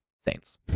saints